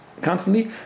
constantly